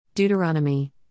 Deuteronomy